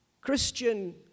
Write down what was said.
Christian